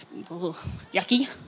yucky